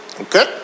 Okay